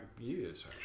years